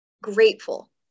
grateful